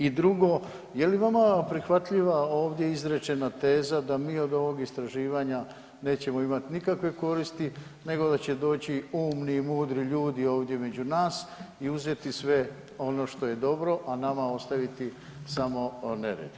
I drugo, je li vama prihvatljiva ovdje izrečena teza da mi od ovog istraživanja nećemo imat nikakve koristi nego da će doći umni i mudri ljudi ovdje među nas i uzeti sve ono što je dobro a nama ostaviti samo nered?